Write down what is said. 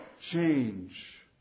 Change